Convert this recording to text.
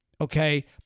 okay